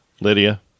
Lydia